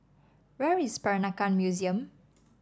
where is Peranakan Museum